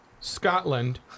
Scotland